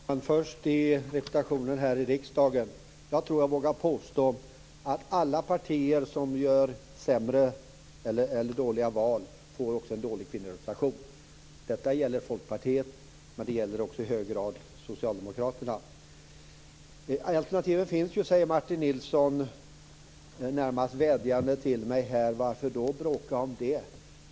Herr talman! Vad först gäller representationen här i riksdagen: Jag tror att jag vågar påstå att alla partier som gör dåliga val också får en dålig kvinnorepresentation. Detta gäller Folkpartiet men i hög grad också Martin Nilsson frågar mig vidare närmast vädjande: Varför då bråka om detta?